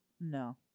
No